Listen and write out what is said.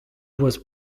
was